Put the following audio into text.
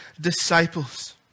disciples